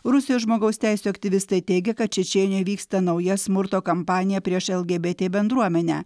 rusijos žmogaus teisių aktyvistai teigia kad čečėnijoj vyksta nauja smurto kampaniją prieš lgbt bendruomenę